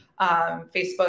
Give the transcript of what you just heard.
facebook